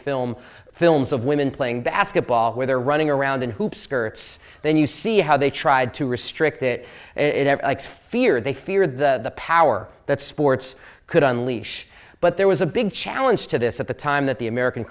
film films of women playing basketball where they're running around in hoop skirts then you see how they tried to restrict it in fear they feared the power that sports could unleash but there was a big challenge to this at the time that the american